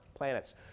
planets